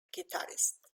guitarist